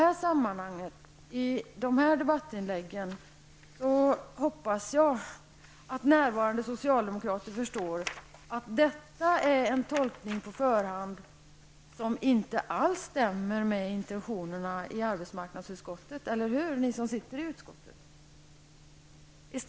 Jag hoppas att de närvarande socialdemokraterna förstår att detta är en tolkning på förhand, som inte alls stämmer med intentionerna i utskottet, eller hur, ni som sitter i utskottet?